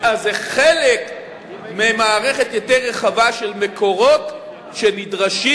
אז זה חלק ממערכת יותר רחבה של מקורות שנדרשים